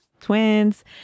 twins